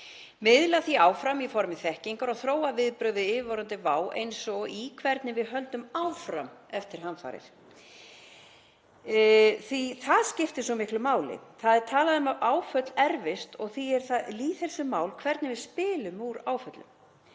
miðla því áfram í formi þekkingar og þróa viðbrögð við yfirvofandi vá eins og hvernig við höldum áfram eftir hamfarir því það skiptir svo miklu máli. Það er talað um að áföll erfist og því er það lýðheilsumál hvernig við spilum úr áföllum.